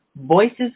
Voices